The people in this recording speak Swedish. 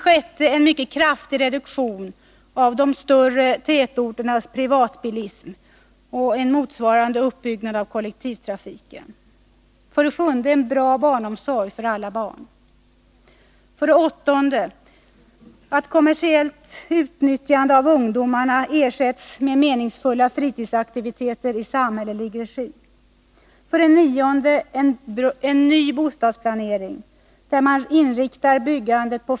6. En mycket kraftig reduktion av de större tätorternas privatbilism och en motsvarande utbyggnad av kollektivtrafiken. Herr talman!